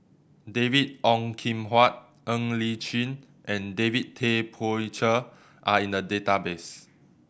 David Ong Kim Huat Ng Li Chin and David Tay Poey Cher are in the database